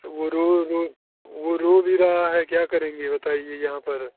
वो रो रो वो रो भी रहा है क्या करेंगे बताईये यहाँ पर